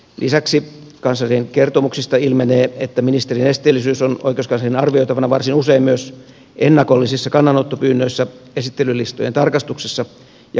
lisäksi kanslerin kertomuksista ilmenee että ministerin esteellisyys on oikeuskanslerin arvioitavana varsin usein myös ennakollisissa kannanottopyynnöissä esittelylistojen tarkastuksessa ja kanteluasioissa